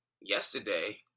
yesterday